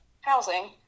housing